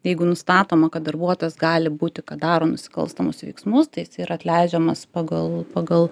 jeigu nustatoma kad darbuotojas gali būti kad daro nusikalstamus veiksmus tai jis yra atleidžiamas pagal pagal